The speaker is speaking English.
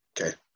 okay